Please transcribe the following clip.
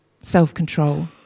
self-control